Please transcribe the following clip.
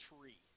tree